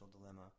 Dilemma